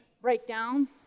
breakdown